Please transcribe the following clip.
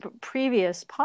previous